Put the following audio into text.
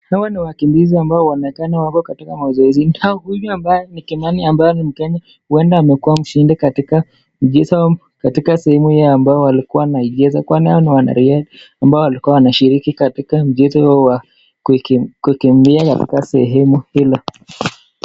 Hawa ni wakimbizi ambao wananekana wako katika mazoezi, hale huyu ambaye ni Kemani ambaye ni mkenya, huenda amekua mshindi katika, mbio sa, katika sehemu hii ambayo walikua wanaigiza kwani wao ni wanariadha ambao walikuwa wanashiriki katika mchezo wa, kuki, kukimbia katika sehemu hilo.